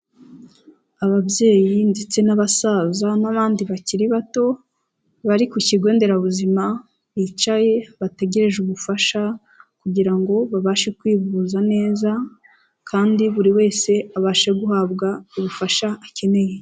Ababyeyi ndetse n'abasaza n'abandi bakiri bato, bari ku kigo nderabuzima, bicaye, bategereje ubufasha kugira ngo babashe kwivuza neza kandi buri wese abashe guhabwa ubufasha akeneye.